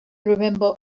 remember